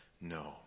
no